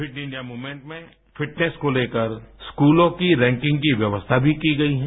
fit India movement में fitness को लेकर स्कूलों की रैंकिंग की व्यवस्था भी की गई हैं